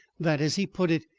that, as he put it,